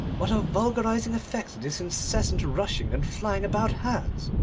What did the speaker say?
what a vulgarising effect this incessant rushing and flying about has.